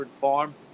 Farm